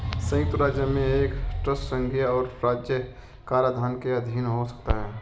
संयुक्त राज्य में एक ट्रस्ट संघीय और राज्य कराधान के अधीन हो सकता है